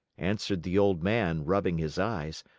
answered the old man, rubbing his eyes.